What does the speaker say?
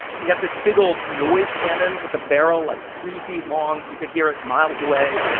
he got this big, old noise cannon with a barrel, like, three feet long. you could hear it miles away.